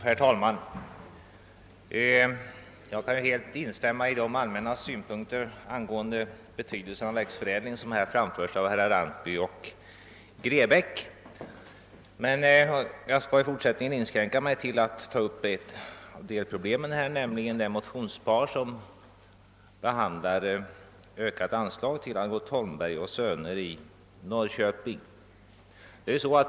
Herr talman! Jag kan helt instämma i de allmänna synpunkter angående växtförädlingens betydelse som här framförts av herrar Antby och Grebäck. I fortsättningen skall jag inskränka mig till att ta upp ett av delproblemen, nämligen frågan om ökat anslag till Algot Holmberg & Söner AB i Norrköping.